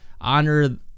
honor